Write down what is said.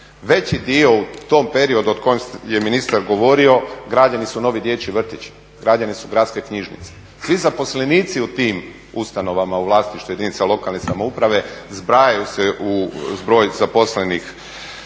Veći dio u tom periodu o kojem je ministar govorio građeni su novi dječji vrtići, građene su gradske knjižnice, svi zaposlenici u tim ustanovama u vlasništvu jedinca lokalne samouprave zbrajaju se u broj zaposlenih